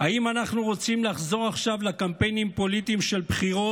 האם אנחנו רוצים לחזור עכשיו לקמפיינים פוליטיים של בחירות,